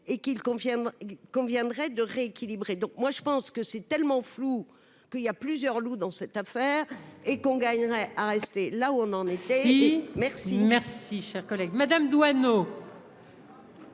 convient conviendrait de rééquilibrer, donc moi je pense que c'est tellement flou qu'il y a plusieurs loups dans cette affaire et qu'on gagnerait à rester là où on en été. Merci, merci, merci, chers collègue Madame Doineau.